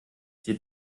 die